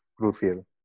crucial